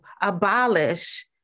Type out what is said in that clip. abolish